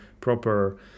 proper